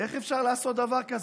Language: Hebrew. ושאתה רוצה,